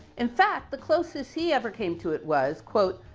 in fact, the closest he ever came to it was quote,